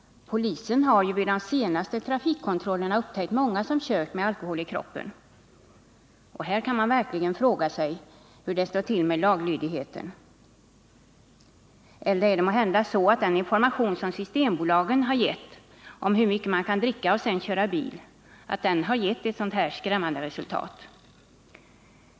Polisen har ju vid de senaste trafikkontrollerna upptäckt många som kört med alkohol i kroppen. Här kan man verkligen fråga hur det står till med laglydigheten. Eller är det måhända så att den information som systembolaget ger, om hur mycket man kan dricka och sedan köra bil, har lett till ett sådant här skrämmande resultat?